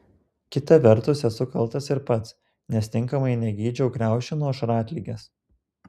kita vertus esu kaltas ir pats nes tinkamai negydžiau kriaušių nuo šratligės